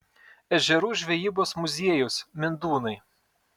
ežerų žvejybos muziejus mindūnai